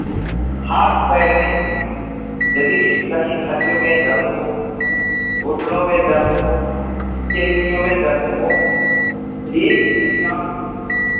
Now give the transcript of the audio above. हाथ पैर में यदि किस कहीं हड्डियों में दर्द हो घुटनों में दर्द हो में दर्द हो हड्डियाँ